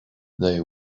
they